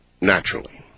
naturally